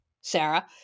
Sarah